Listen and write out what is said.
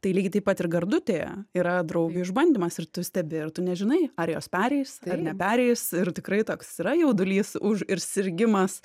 tai lygiai taip pat ir gardutėje yra draugių išbandymas ir tu stebi ir tu nežinai ar jos pereis ar nepereis ir tikrai toks yra jaudulys už ir sirgimas